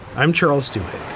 i'm charles stewart.